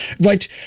Right